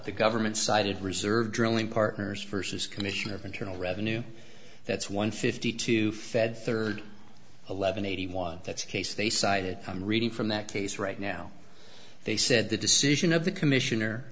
the government cited reserve drilling partners first as commissioner of internal revenue that's one fifty two fed third eleven eighty one that's a case they cited i'm reading from that case right now they said the decision of the commissioner